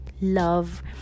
love